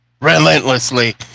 relentlessly